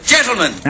Gentlemen